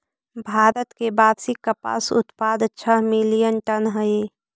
भारत के वार्षिक कपास उत्पाद छः मिलियन टन हई